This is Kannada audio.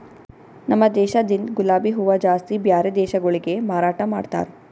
ನಮ ದೇಶದಿಂದ್ ಗುಲಾಬಿ ಹೂವ ಜಾಸ್ತಿ ಬ್ಯಾರೆ ದೇಶಗೊಳಿಗೆ ಮಾರಾಟ ಮಾಡ್ತಾರ್